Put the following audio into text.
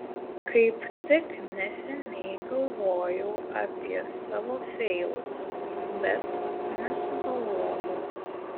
kaip tik neseniai galvojau apie savo feilus bet nesugalvojau